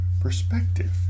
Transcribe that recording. perspective